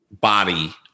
body